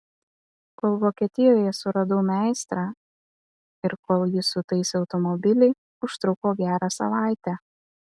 kol vokietijoje suradau meistrą ir kol jis sutaisė automobilį užtruko gerą savaitę